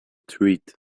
treat